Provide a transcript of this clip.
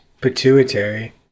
Pituitary